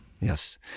Yes